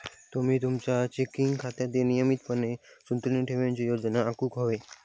तुम्ही तुमचा चेकिंग खात्यात नियमितपणान संतुलन ठेवूची योजना आखुक व्हया